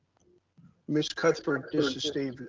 ms. cuthbert, this is steve,